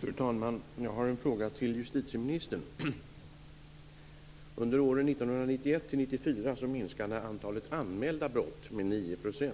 Fru talman! Jag har en fråga till justitieministern. Under åren 1991-1994 minskade antalet anmälda brott med 9 %.